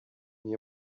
near